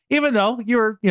even though you're, yeah